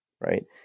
right